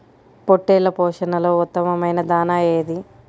పొట్టెళ్ల పోషణలో ఉత్తమమైన దాణా ఏది?